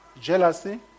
jealousy